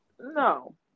No